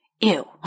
Ew